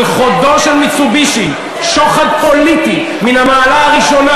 על חודו של "מיצובישי" שוחד פוליטי מן המעלה הראשונה